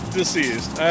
deceased